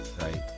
right